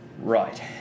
Right